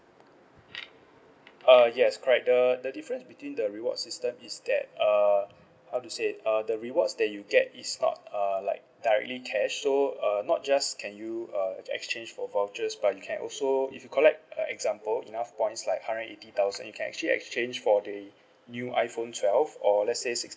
uh yes correct the the difference between the reward system is that uh how to say uh the rewards that you get is not uh like directly cash so uh not just can you uh exchange for vouchers but you can also if you collect uh example enough points like hundred eighty thousand you can actually exchange for the new iPhone twelve or lets say